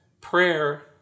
prayer